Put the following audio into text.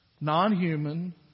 Non-human